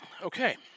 Okay